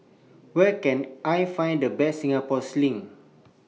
Where Can I Find The Best Singapore Sling